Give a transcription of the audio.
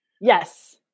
Yes